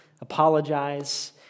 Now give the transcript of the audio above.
apologize